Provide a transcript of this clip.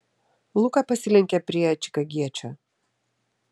luka pasilenkė prie čikagiečio